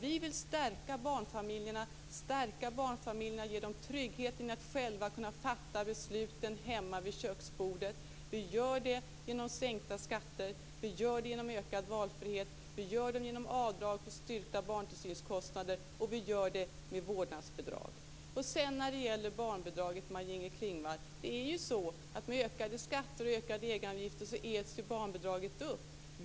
Vi vill stärka barnfamiljerna genom tryggheten i att själva kunna fatta besluten hemma vid köksbordet. Vi gör det genom sänkta skatter, genom ökad valfrihet, genom avdrag för styrkta barntillsynskostnader och med vårdnadsbidrag. När det sedan gäller barnbidraget, äts det ju upp av ökade skatter och egenavgifter.